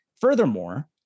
Furthermore